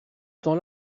temps